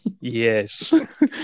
yes